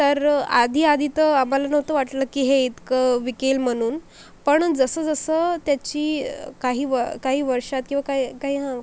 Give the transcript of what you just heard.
तर आधी आधी तर आम्हाला नव्हतं वाटलं की हे इतकं विकेल म्हणून पण जसं जसं त्याची काही व काही वर्षात किंवा काही काही हां